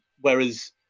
whereas